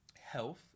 Health